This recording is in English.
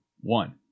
one